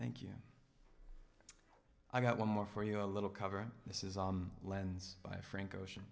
thank you i've got one more for you a little cover this is on by frank ocean